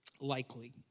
likely